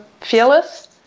fearless